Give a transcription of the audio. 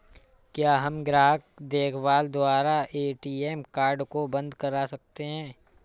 क्या हम ग्राहक देखभाल द्वारा ए.टी.एम कार्ड को बंद करा सकते हैं?